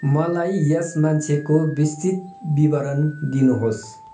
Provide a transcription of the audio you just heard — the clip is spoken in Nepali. मलाई यस मान्छेको विस्तृत विवरण दिनुहोस्